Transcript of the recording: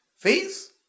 face